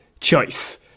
choice